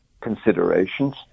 considerations